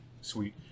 sweet